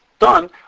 done